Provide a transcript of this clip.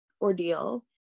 ordeal